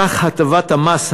כך הטבת המס,